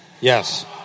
Yes